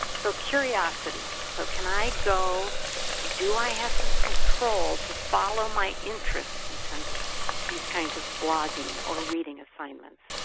so curiosity, so can i go and do i have some control to follow my interest, in terms of these kinds of blogging or reading assignments,